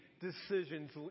decisions